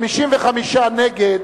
55 נגד,